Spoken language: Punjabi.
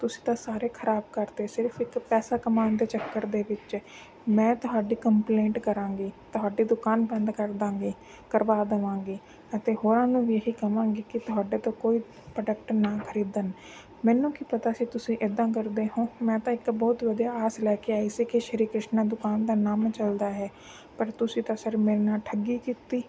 ਤੁਸੀਂ ਤਾਂ ਸਾਰੇ ਖਰਾਬ ਕਰਤੇ ਸਿਰਫ ਇੱਕ ਪੈਸਾ ਕਮਾਉਣ ਦੇ ਚੱਕਰ ਦੇ ਵਿੱਚ ਮੈਂ ਤੁਹਾਡੀ ਕੰਪਲੇਂਟ ਕਰਾਂਗੀ ਤੁਹਾਡੀ ਦੁਕਾਨ ਬੰਦ ਕਰ ਦਾਂਗੇ ਕਰਵਾ ਦੇਵਾਂਗੇ ਅਤੇ ਹੋਰਾਂ ਨੂੰ ਵੀ ਇਹੀ ਕਹਾਂਗੀ ਕਿ ਤੁਹਾਡੇ ਤੋਂ ਕੋਈ ਪ੍ਰੋਡਕਟ ਨਾ ਖਰੀਦਣ ਮੈਨੂੰ ਕੀ ਪਤਾ ਸੀ ਤੁਸੀਂ ਇੱਦਾਂ ਕਰਦੇ ਹੋ ਮੈਂ ਤਾਂ ਇੱਕ ਬਹੁਤ ਵਧੀਆ ਆਸ ਲੈ ਕੇ ਆਈ ਸੀ ਕਿ ਸ਼੍ਰੀ ਕ੍ਰਿਸ਼ਨਾ ਦੁਕਾਨ ਦਾ ਨਾਮ ਚੱਲਦਾ ਹੈ ਪਰ ਤੁਸੀਂ ਤਾਂ ਸਰ ਮੇਰੇ ਨਾਲ ਠੱਗੀ ਕੀਤੀ